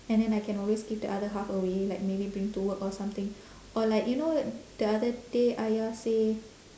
and then I can always give the other half away like maybe bring to work or something or like you know the other day ayah say